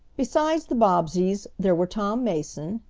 besides the bobbseys there were tom mason,